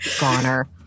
goner